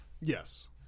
Yes